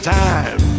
time